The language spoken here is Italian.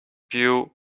più